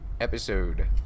episode